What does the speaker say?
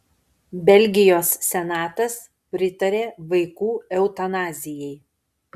belgijos senatas pritarė vaikų eutanazijai